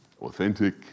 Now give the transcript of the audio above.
authentic